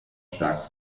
stark